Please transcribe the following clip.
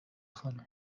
خانم